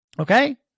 Okay